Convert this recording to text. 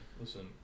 Listen